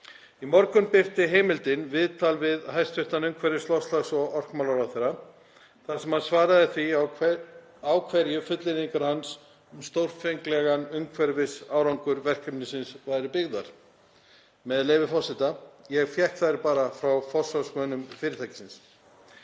Í morgun birti Heimildin viðtal við hæstv. umhverfis-, loftslags- og orkumálaráðherra þar sem hann svaraði því á hverju fullyrðingar hans um stórfenglegan umhverfisárangur verkefnisins væru byggðar, með leyfi forseta: Ég fékk þær bara frá forsvarsmönnum fyrirtækisins.